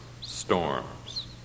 storms